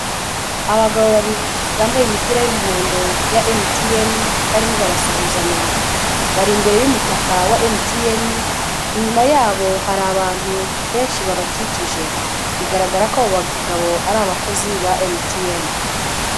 Abagabo babiri bambaye imipira y'umuhondo ya emutiyeni barimo barasuhuzanya, bari imbere y'umutaka wa emutiyeni, inyuma yabo hari abantu benshi babakikije, bigaragara ko abo bagabo ari abakozi ba emutiyeni.